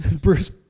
Bruce